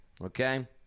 okay